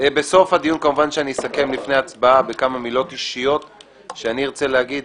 בסוף הדיון אסכם לפני ההצבעה בכמה מילים אישיות שארצה להגיד,